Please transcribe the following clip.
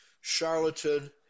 Charlatan